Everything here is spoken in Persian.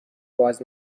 باز